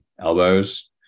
elbows